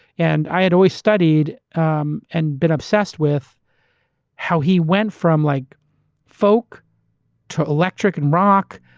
and i had always studied um and been obsessed with how he went from like folk to electric, and rock,